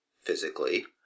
physically